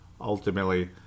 ultimately